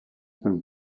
san